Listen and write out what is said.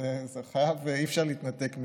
אי-אפשר להתנתק מזה.